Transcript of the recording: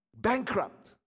bankrupt